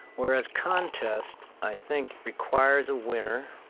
whereas contest, i think, requires a winner,